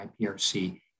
IPRC